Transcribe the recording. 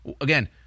Again